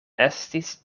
estis